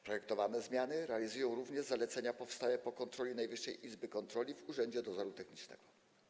Projektowane zmiany realizują również zalecenia powstałe po kontroli Najwyższej Izby Kontroli w Urzędzie Dozoru Technicznego.